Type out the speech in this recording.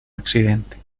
accidente